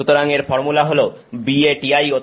সুতরাং এর ফর্মুলা হলো BaTiO3